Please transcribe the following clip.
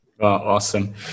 Awesome